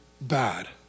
bad